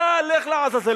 צה"ל לך לעזאזל".